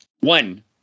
One